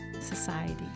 Society